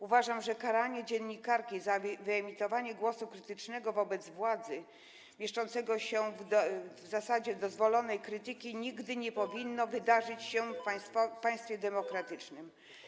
Uważam, że karanie dziennikarki za wyemitowanie głosu krytycznego wobec władzy, mieszczącego się w zasadzie w zakresie dozwolonej krytyki, nigdy nie powinno się wydarzyć w państwie demokratycznym.